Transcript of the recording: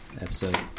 episode